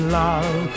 love